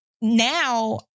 now